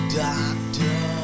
doctor